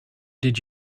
did